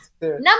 Number